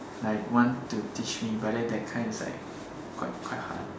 like want to teach me but then that kind is like quite quite hard